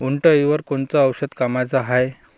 उंटअळीवर कोनचं औषध कामाचं हाये?